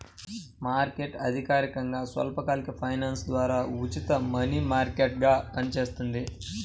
market అధికారికంగా స్వల్పకాలిక finance ద్వారా ఉచిత మనీ మార్కెట్గా పనిచేస్తుంది